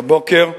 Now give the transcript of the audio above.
בבוקר.